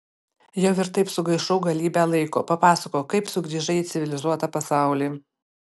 jau ir taip sugaišau galybę laiko papasakok kaip sugrįžai į civilizuotą pasaulį